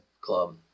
club